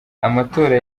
amatora